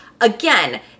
Again